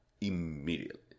immediately